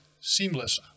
seamless